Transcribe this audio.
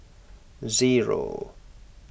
zero